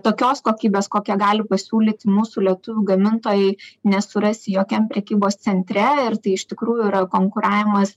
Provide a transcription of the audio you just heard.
tokios kokybės kokią gali pasiūlyti mūsų lietuvių gamintojai nesurasi jokiam prekybos centre ir tai iš tikrųjų yra konkuravimas